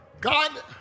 God